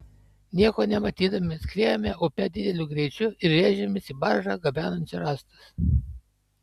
nieko nematydami skriejome upe dideliu greičiu ir rėžėmės į baržą gabenančią rąstus